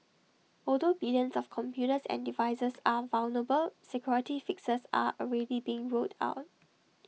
although billions of computers and devices are vulnerable security fixes are already being rolled out